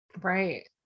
Right